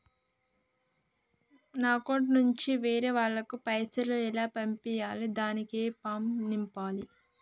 నా అకౌంట్ నుంచి వేరే వాళ్ళకు పైసలు ఎలా పంపియ్యాలి దానికి ఏ ఫామ్ నింపాలి?